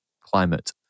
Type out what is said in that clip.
climate